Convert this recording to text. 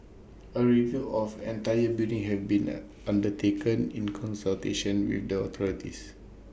A review of entire building have been net undertaken in consultation with the authorities